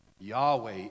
Yahweh